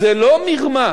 וזה לא מרמה.